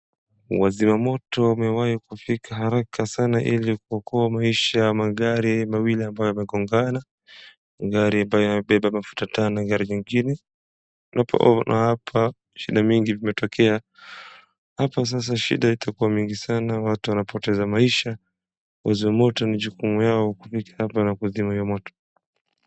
Wazimamoto wamewahi kufika haraka sana ili kuokoa maisha ya magari mawili ambayo yamegongana, gari ambayo imebeba mafuta taa na gari nyingine. Tunapoona hapa shida nyingi vimetokea. Hapa sasa shida itakua mingi sana watu wanapoteza maisha. Wazima moto ni jukumu yao kufika hapa na kuzima hiyo moto.